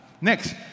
Next